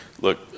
look